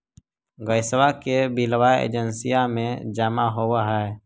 गैसवा के बिलवा एजेंसिया मे जमा होव है?